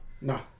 No